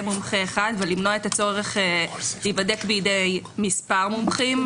מומחה אחד ולמנוע את הצורך להיבדק בידי מספר מומחים,